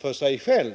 för sig själv?